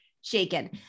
shaken